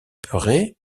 perret